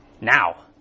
now